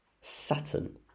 Saturn